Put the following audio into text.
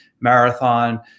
marathon